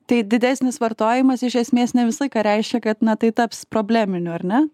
tai didesnis vartojimas iš esmės ne visą laiką reiškia kad na tai taps probleminiu ar ne